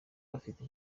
bafite